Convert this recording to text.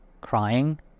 crying